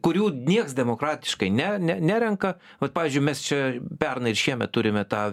kurių nieks demokratiškai ne ne nerenka vat pavyzdžiui mes čia pernai ir šiemet turime tą